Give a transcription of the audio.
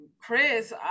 Chris